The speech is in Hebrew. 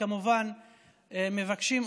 וכמובן מבקשים,